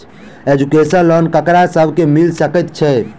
Education loan ककरा सब केँ मिल सकैत छै?